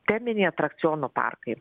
teminiai atrakcionų parkai